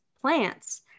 plants